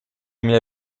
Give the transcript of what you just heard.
mia